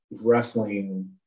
wrestling